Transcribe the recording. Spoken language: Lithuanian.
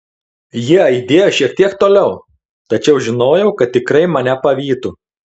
jie aidėjo šiek tiek toliau tačiau žinojau kad tikrai mane pavytų